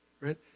right